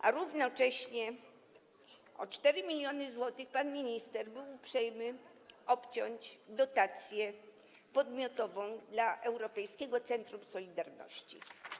A równocześnie o 3 mln zł pan minister był uprzejmy obciąć dotację podmiotową dla Europejskiego Centrum Solidarności.